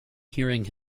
earning